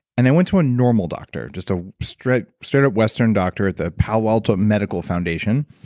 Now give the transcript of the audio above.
and i went to a normal doctor. just a straight straight up western doctor at the palo alto medical foundation.